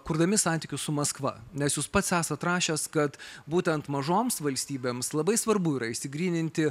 kurdami santykius su maskva nes jūs pats esat rašęs kad būtent mažoms valstybėms labai svarbu yra išsigryninti